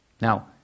Now